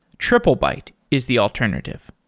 triplebyte is the alternative.